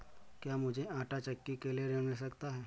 क्या मूझे आंटा चक्की के लिए ऋण मिल सकता है?